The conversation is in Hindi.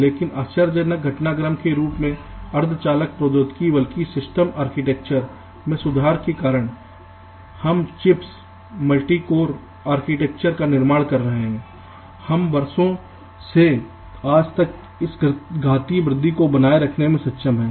लेकिन आश्चर्यजनक घटनाक्रम के रूप में अर्धचालक प्रौद्योगिकी बल्कि सिस्टम आर्किटेक्चर में सुधार के कारण हम चिप्स मल्टी कोर आर्किटेक्चर का निर्माण कर रहे हैं हम वर्षों से आज तक इस घातीय वृद्धि को बनाए रखने में सक्षम हैं